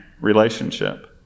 relationship